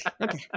okay